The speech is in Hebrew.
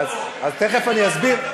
אז תכף אני אסביר.